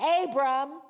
Abram